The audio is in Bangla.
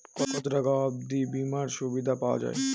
কত টাকা অবধি বিমার সুবিধা পাওয়া য়ায়?